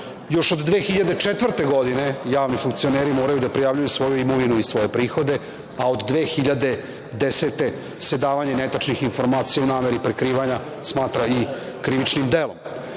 Još od 2004. godine javni funkcioneri moraju da prijavljuju svoju imovinu i svoje prihode, a od 2010. godine se davanje netačnih informacija u nameri prikrivanja smatra i krivičnim delom.